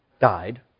died